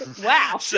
Wow